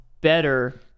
better